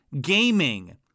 gaming